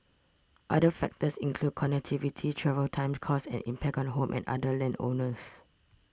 other factors include connectivity travel times costs and impact on home and other land owners